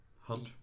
hunt